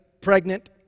pregnant